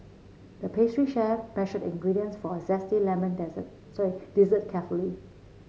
the pastry chef measured the ingredients for a zesty lemon desert sorry dessert carefully